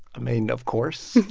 i mean, of course.